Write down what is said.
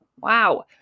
wow